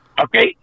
Okay